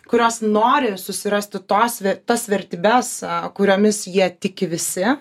kurios nori susirasti tos tas vertybes kuriomis jie tiki visi